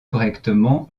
correctement